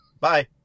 bye